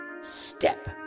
Step